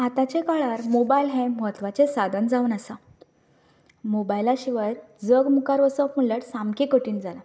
आतांच्या काळार मोबायल हें म्हत्वाचें साधन जावन आसा मोबायला शिवाय जग मुखार वचप म्हणल्यार सामकें कठीण जालां